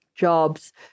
jobs